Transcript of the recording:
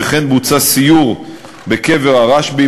וכן בוצע סיור בקבר הרשב"י,